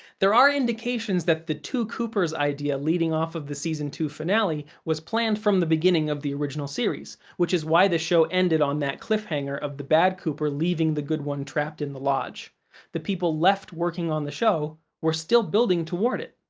there are indications that the two coopers idea leading off of the season two finale was planned from the beginning of the original series, which is why the show ended on that cliffhanger of the bad cooper leaving the good one trapped in the lodge the people left working on the show were still building toward it.